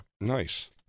Nice